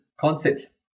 concepts